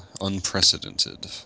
Unprecedented